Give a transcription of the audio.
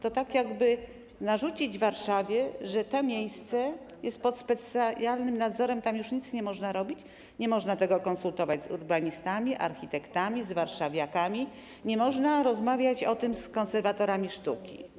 To tak, jakby narzucić Warszawie, że jest to miejsce jest pod specjalnym nadzorem i nic tam już nie można robić, nie można konsultować tego z urbanistami, architektami, warszawiakami, nie można rozmawiać o tym z konserwatorami sztuki.